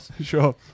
sure